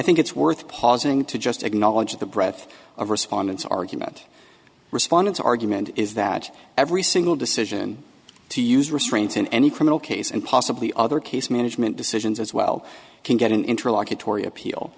think it's worth pausing to just acknowledge the breadth of respondents argument respondents argument is that every single decision to use restraints in any criminal case and possibly other case management decisions as well can get an interlocutory appeal